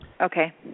Okay